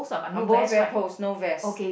both wear bows no vest